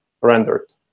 rendered